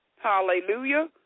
Hallelujah